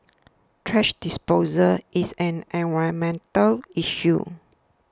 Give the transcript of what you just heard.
thrash disposal is an environmental issue